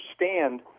understand